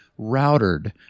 routered